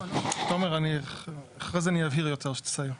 תומר אחרי זה אני אבהיר יותר כשתסיים.